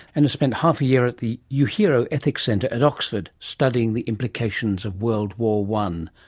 and has spent half a year at the yeah uhiro ethics centre, at oxford, studying the implications of world war one.